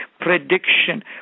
prediction